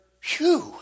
Phew